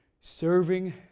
serving